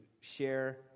share